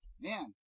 man